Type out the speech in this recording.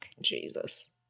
Jesus